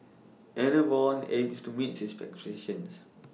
Enervon aims to meet its expectations